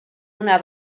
una